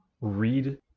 read